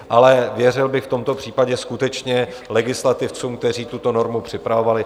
Ale věřil bych v tomto případě skutečně legislativcům, kteří tuto normu připravovali.